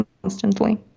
constantly